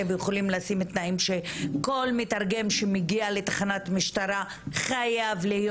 אתם יכולים לשים תנאים שכל מתרגם שמגיע לתחנת משטרה חייב להיות